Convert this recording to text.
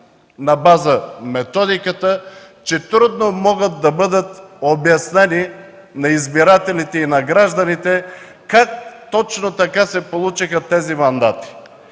такива мандати, че трудно може да бъде обяснено на избирателите и на гражданите как точно се получиха тези мандати.